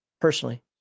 personally